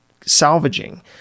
salvaging